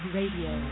Radio